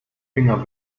finger